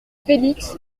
félix